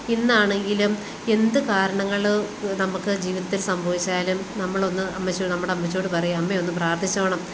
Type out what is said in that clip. ഇന്നാണെങ്കിലും എന്ത് കാരണങ്ങള് നമുക്ക് ജീവിതത്തിൽ സംഭവിച്ചാലും നമ്മളൊന്ന് അമ്മച്ചിയോട് നമ്മുടെ അമ്മച്ചിയോട് പറയും അമ്മ ഒന്ന് പ്രാർത്ഥിച്ചോണം